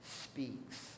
speaks